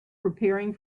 preparing